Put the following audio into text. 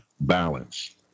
balance